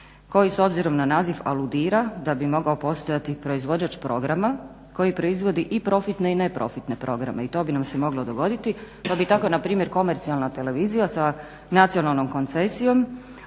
koji s obzirom na naziv aludira da bi mogao postojati proizvođač programa koji proizvodi i profitne i neprofitne programe. I to bi nam se moglo dogoditi pa bi tako npr. komercijalna televizija sa nacionalnom koncesijom,